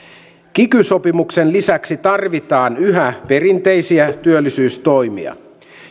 kiky sopimuksen lisäksi tarvitaan yhä perinteisiä työllisyystoimia